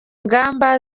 ngamba